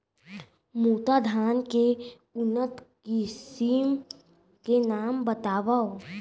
मोटा धान के उन्नत किसिम के नाम बतावव?